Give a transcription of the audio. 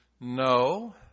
No